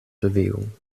bewegung